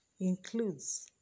includes